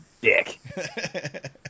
dick